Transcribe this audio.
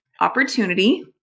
opportunity